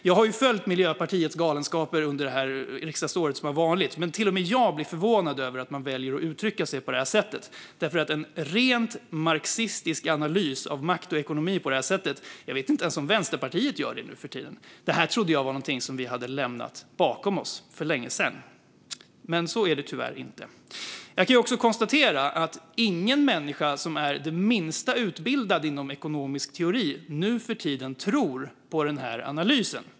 Jag har ju följt Miljöpartiets galenskaper under det riksdagsår som har varit, men till och med jag blir förvånad över att man väljer att uttrycka sig på det här sättet. En sådan rent marxistisk analys av makt och ekonomi vet jag inte ens om Vänsterpartiet gör nu för tiden. Det här trodde jag var någonting som vi hade lämnat bakom oss för länge sedan. Men så är det tyvärr inte. Jag kan också konstatera att ingen människa som är det minsta utbildad inom ekonomisk teori nu för tiden tror på den här analysen.